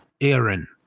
Aaron